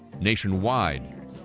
nationwide